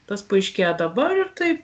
tas paaiškėjo dabar ir taip